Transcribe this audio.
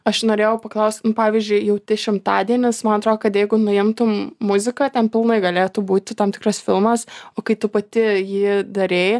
aš norėjau paklaust pavyzdžiui jauti šimtadienis man atro kad jeigu nuimtum muziką ten pilnai galėtų būti tam tikras filmas o kai tu pati jį darei